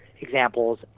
examples